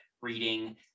reading